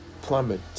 plummet